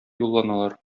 юлланалар